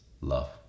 Love